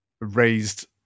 raised